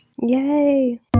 Yay